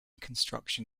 construction